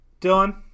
Dylan